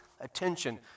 attention